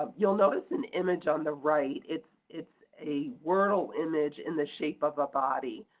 um you'll notice an image on the right. it's it's a wordle image in the shape of a body.